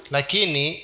Lakini